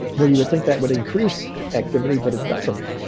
where you would think that would increase activity, but it doesn't.